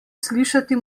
slišati